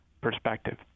perspective